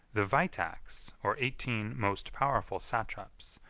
the vitaxoe, or eighteen most powerful satraps,